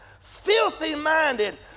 filthy-minded